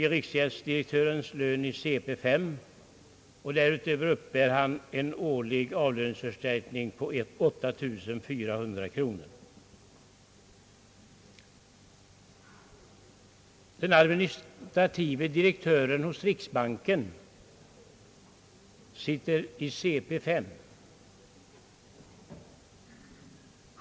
Riksgäldsdirektörens lön ligger i Cp 5, och därutöver uppbär han en årlig avlöningsförstärkning med 8400 kronor. Den administrativa direktören hos riksbanken är placerad i Cp 5.